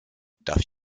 darf